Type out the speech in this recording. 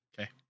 okay